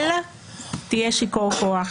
תהיה שיכור כוח.